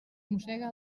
mossega